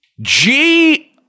G-